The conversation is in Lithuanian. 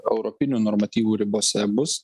europinių normatyvų ribose bus